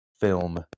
film